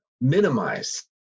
minimize